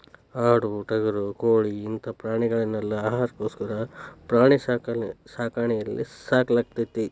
ಆಡು ಟಗರು ಕೋಳಿ ಇಂತ ಪ್ರಾಣಿಗಳನೆಲ್ಲ ಆಹಾರಕ್ಕೋಸ್ಕರ ಪ್ರಾಣಿ ಸಾಕಾಣಿಕೆಯಲ್ಲಿ ಸಾಕಲಾಗ್ತೇತಿ